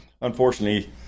Unfortunately